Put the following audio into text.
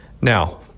Now